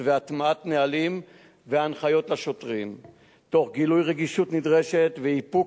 והטמעת נהלים והנחיות השוטרים תוך גילוי רגישות נדרשת ואיפוק,